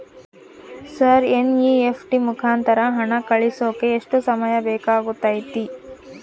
Sir NEFT ಮುಖಾಂತರ ಹಣ ಕಳಿಸೋಕೆ ಎಷ್ಟು ಸಮಯ ಬೇಕಾಗುತೈತಿ?